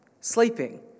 sleeping